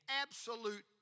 absolute